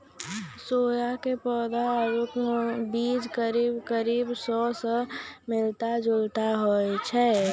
सोया के पौधा आरो बीज करीब करीब सौंफ स मिलता जुलता होय छै